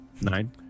Nine